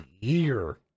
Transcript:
year